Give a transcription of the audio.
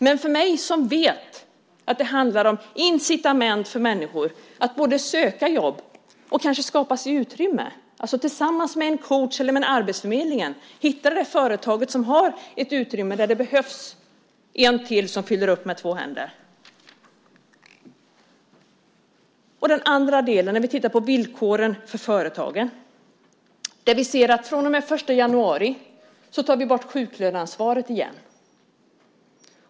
Men jag vet att det handlar om incitament för människor att både söka jobb och kanske skapa sig utrymme - att tillsammans med en coach eller arbetsförmedlingen hitta det där företaget som har ett utrymme och där det behövs en till som fyller upp med två händer. Sedan har vi den andra delen, villkoren för företagen. Den 1 januari tar vi bort sjuklöneansvaret igen.